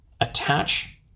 attach